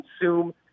consume